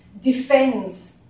defends